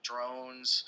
Drones